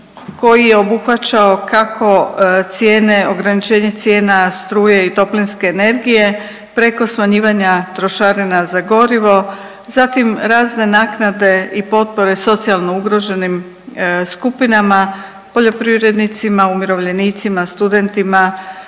koji je obuhvaćao kako cijene, ograničenje cijena struje i toplinske energije preko smanjivanja trošarina za gorivo, zatim razne naknade i potpore socijalno ugroženim skupinama, poljoprivrednicima, umirovljenicima, studentima.